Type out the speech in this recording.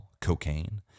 cocaine